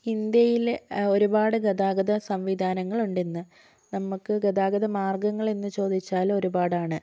ഇന്ത്യയിലെ ഒരുപാട് ഗതാഗത സംവിധാനങ്ങൾ ഉണ്ട് ഇന്ന് നമുക്ക് ഗതാഗത മാർഗ്ഗങ്ങൾ എന്ന് ചോദിച്ചാൽ ഒരുപാട് ആണ്